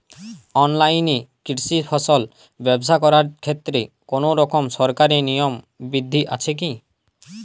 অনলাইনে কৃষিজ ফসল ব্যবসা করার ক্ষেত্রে কোনরকম সরকারি নিয়ম বিধি আছে কি?